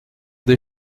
des